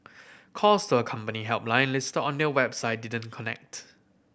calls to a company helpline list on their website didn't connect